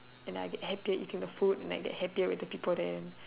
and I get happier eating the food and like the happier with the people there